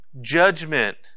Judgment